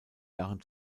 jahren